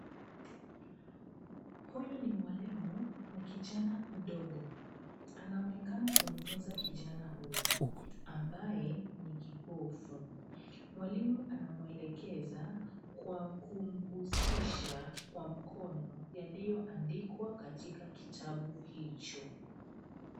Huyu ni mwalimu na kijana mdogo. Anaonekana kumfunza kijana huyu, ambaye ni kipofu. Mwalimu anamwelekeza kwa kumgusisha kwa mkono yaliyoandikwa katika kitabu hicho.